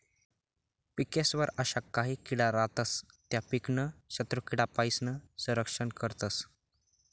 पिकेस्वर अशा काही किडा रातस त्या पीकनं शत्रुकीडासपाईन संरक्षण करतस